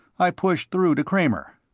i pushed through to kramer.